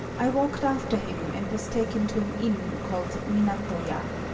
i walked after him and was taken to an inn called minato-ya.